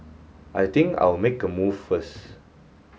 I think I'll make a move first